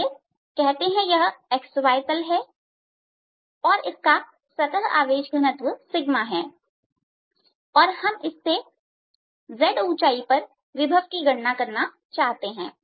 चलिए कहते हैं कि यह x y तल और इसका सतह आवेश घनत्व है और हम इससे z ऊंचाई पर विभव की गणना करना चाहते हैं